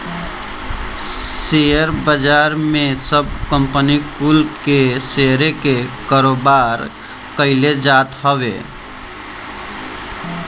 share बाजार में सब कंपनी कुल के शेयर के कारोबार कईल जात हवे